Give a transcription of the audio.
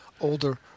older